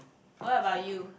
what about you